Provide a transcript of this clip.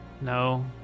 no